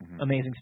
Amazing